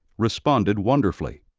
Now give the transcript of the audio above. responded wonderfully.